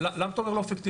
למה אתה אומר לא אפקטיבי?